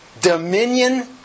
dominion